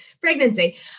pregnancy